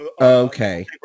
Okay